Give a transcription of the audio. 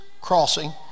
crossing